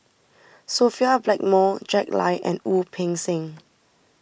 Sophia Blackmore Jack Lai and Wu Peng Seng